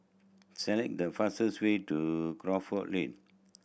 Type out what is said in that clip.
select the fastest way to Crawford Lane